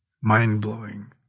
mind-blowing